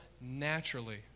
naturally